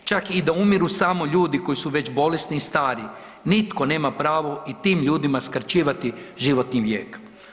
Čak i da umiru samo ljudi koji su već bolesni i stari, nitko nema pravo i tim ljudima skraćivati životni vijek.